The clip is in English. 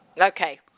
Okay